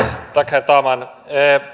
herr talman